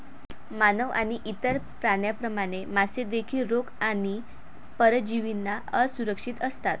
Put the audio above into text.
मानव आणि इतर प्राण्यांप्रमाणे, मासे देखील रोग आणि परजीवींना असुरक्षित असतात